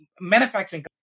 manufacturing